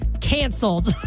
canceled